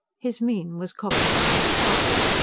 his mien was copied by his staff.